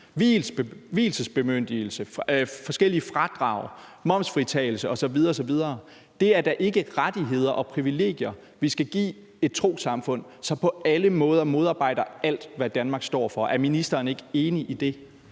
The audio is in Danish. vielsesbemyndigelse, forskellige fradrag, momsfritagelse osv. osv. Det er da ikke rettigheder og privilegier, vi skal give et trossamfund, som på alle måder modarbejder alt, hvad Danmark står for. Er ministeren ikke enig i det?